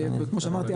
כמו שאמרתי,